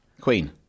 Queen